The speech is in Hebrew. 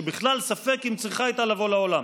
שבכלל ספק אם צריכה הייתה לבוא לעולם.